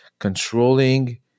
Controlling